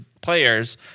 players